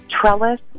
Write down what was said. Trellis